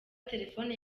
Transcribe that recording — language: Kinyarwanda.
telefone